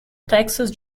texas